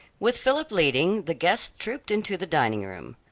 with philip leading, the guests trooped into the dining-room.